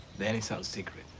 then it's our secret,